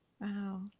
Wow